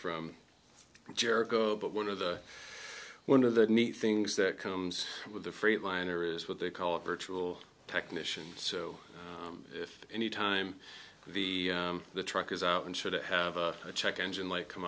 from jericho but one of the one of the neat things that comes with the freightliner is what they call a virtual technician so if any time the the truck is out and should have a check engine light come